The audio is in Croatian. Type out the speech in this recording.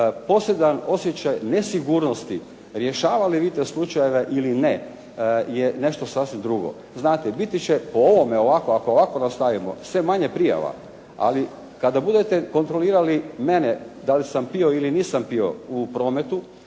poseban osjećaj nesigurnosti rješavali vi te slučajeve ili ne, je nešto sasvim drugo. Znate, biti će po ovome ovako, ako ovako nastavimo sve manje prijava, ali kada budete kontrolirali mene da li sam pio ili nisam pio u prometu,